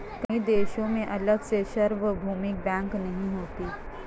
कई देशों में अलग से सार्वभौमिक बैंक नहीं होते